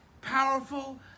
powerful